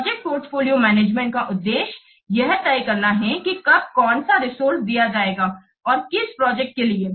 project portfolio management का उद्देश्य यह तय करना है कि कब कौन सा रिसोर्से दिया जाएगा और किस प्रोजेक्ट के लिए